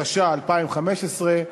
התשע"ה 2015,